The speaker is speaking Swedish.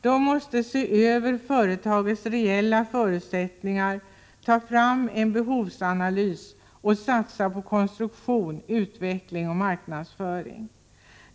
Man måste se över företagets reella förutsättningar, ta fram en behovsanalys och satsa på konstruktion, utveckling och marknadsföring.